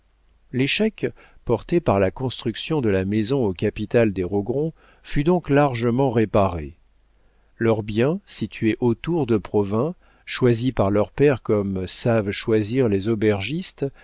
l'échec porté par la construction de la maison au capital des rogron fut donc largement réparé leurs biens situés autour de provins choisis par leur père comme savent choisir les aubergistes